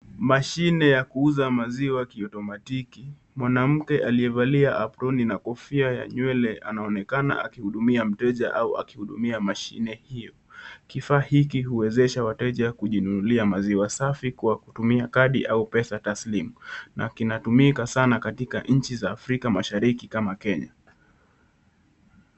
Mashine ya kuuza maziwa kiutomatiki. Mwanamke aliyevalia aproni na kofia ya nywele anaonekana akihudumia mteja au akihudumia mashine hiyo. kifaa hiki huwezesha wateja kujinunulia maziwa safi kwa kutumia kadi au pesa taslimu na kinatumika sana katika nchi za afrika mashariki kama Kenya.